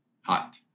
Hot